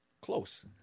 close